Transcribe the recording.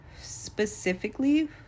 specifically